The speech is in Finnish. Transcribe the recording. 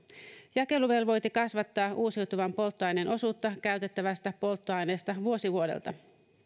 jakeluvelvoite kasvattaa uusiutuvan polttoaineen osuutta käytettävästä polttoaineesta vuosi vuodelta